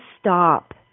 stop